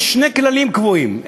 יש שני כללים קבועים,